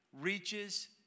reaches